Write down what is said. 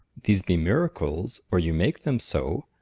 these be miracles, or you make them so!